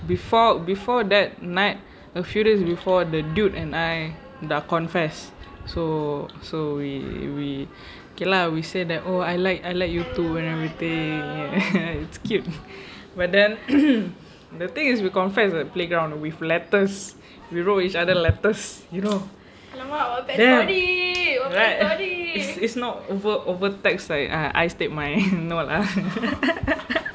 before before that night a few days before the dude and I dah confess so so we we okay lah we say that oh I like I like you too and everything it's cute but then the thing is we confess at playground with letters we roll each other letters you know ya right it's not over over text like I I state my no lah